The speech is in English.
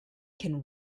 can